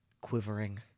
quivering